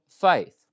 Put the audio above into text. faith